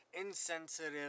insensitive